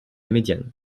médiane